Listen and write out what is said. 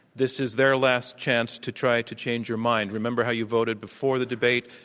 this is their last chance to try to change your mind. remember how you voted before the debate?